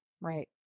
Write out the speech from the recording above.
Right